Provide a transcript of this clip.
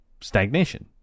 stagnation